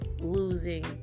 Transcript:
losing